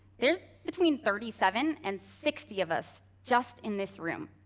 there's between thirty seven and sixty of us just in this room.